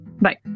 Bye